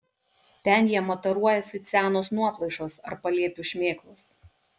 ten jie mataruojasi it senos nuoplaišos ar palėpių šmėklos